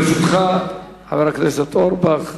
לרשותך, חבר הכנסת אורבך,